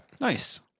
Nice